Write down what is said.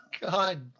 god